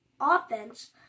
offense